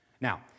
Now